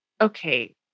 okay